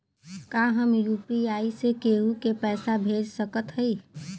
का हम यू.पी.आई से केहू के पैसा भेज सकत हई?